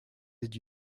did